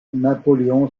napoléon